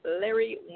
Larry